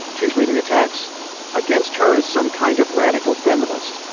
she's reading attacks against her as some kind of radical feminist.